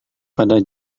pada